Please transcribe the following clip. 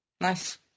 Nice